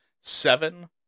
seven